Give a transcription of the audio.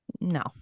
No